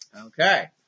Okay